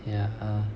yeah